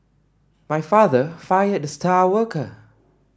my father fired the star worker